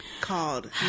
called